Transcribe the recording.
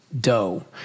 dough